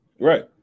Right